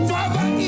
Father